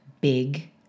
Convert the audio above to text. big